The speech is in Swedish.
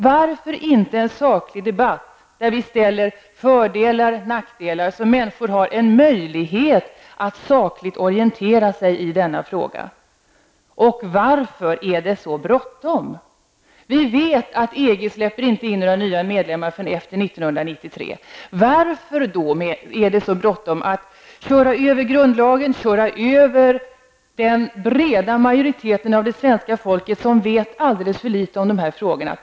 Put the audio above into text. Varför inte föra en saklig debatt där vi kan ställa fördelar mot nackdelar, så att människor har en möjlighet att sakligt orientera sig i denna fråga? Varför är det så bråttom? Vi vet att EG inte släpper in några nya medlemmar förrän efter 1993. Varför är det då så bråttom att man kan köra över grundlagen och köra över den breda majoritet av svenska folket som vet alldeles för litet om de här frågorna?